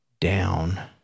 down